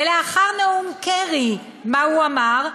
ולאחר נאום קרי מה הוא אמר?